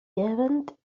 event